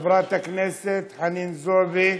חברת הכנסת חנין זועבי,